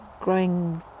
growing